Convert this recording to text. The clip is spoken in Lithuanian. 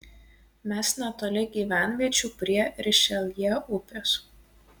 mes netoli gyvenviečių prie rišeljė upės